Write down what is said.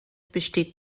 besteht